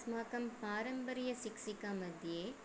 अस्माकं पारम्परीयशिक्षिकामध्ये